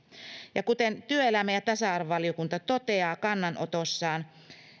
ja kuten työelämä ja tasa arvovaliokunta toteaa kannanotossaan